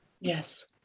Yes